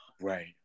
Right